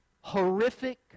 horrific